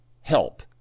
help